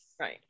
Right